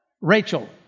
Rachel